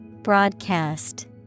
Broadcast